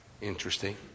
Interesting